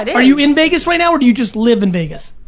and are you in vegas right now or do you just live in vegas?